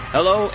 Hello